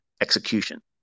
execution